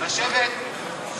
אני מסב את תשומת לבו.